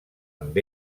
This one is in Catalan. amb